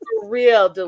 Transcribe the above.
real